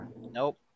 Nope